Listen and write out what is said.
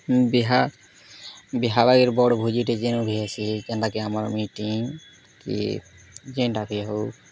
ବିହା ବିହା ବାଗିର୍ ବଡ଼୍ ଭୋଜିଟେ ଯେନୁ ବି ହେସି ଯେନ୍ତା କି ଆମର୍ ମିଟିଙ୍ଗ୍ କି ଯେନ୍ଟା ବି ହଉ